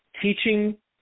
teaching